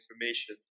information